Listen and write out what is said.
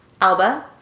Alba